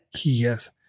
yes